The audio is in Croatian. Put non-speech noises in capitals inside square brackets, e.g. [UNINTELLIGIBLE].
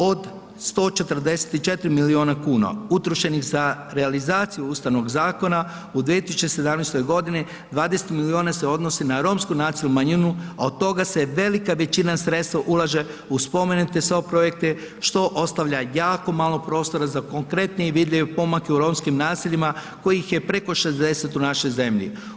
Od 144 milijuna kuna utrošenih za realizaciju ustavnog zakona u 2017. godini 20 milijuna se odnosi na Romsku nacinalnu manjinu a od toga se velika većina sredstva ulaže u spomenute ... [UNINTELLIGIBLE] projekte što ostavlja jako malo prostora za konkretnije i vidljive pomake u romskim naseljima kojih je preko 60 u našoj zemlji.